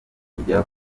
kujya